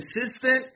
consistent